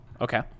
Okay